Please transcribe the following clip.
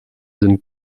sind